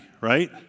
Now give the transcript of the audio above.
right